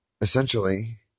essentially